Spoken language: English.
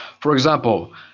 for example,